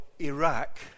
Iraq